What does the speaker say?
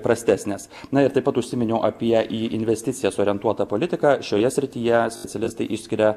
prastesnės na ir taip pat užsiminiau apie į investicijas orientuotą politiką šioje srityje specialistai išskiria